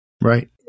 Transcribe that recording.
Right